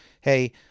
hey